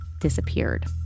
disappeared